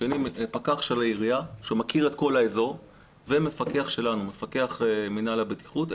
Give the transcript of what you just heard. פקח של העירייה שמכיר את כל האזור ומפקח שלנו ממינהל הבטיחות.